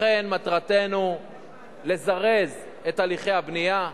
לכן, מטרתנו לזרז את הליכי הבנייה.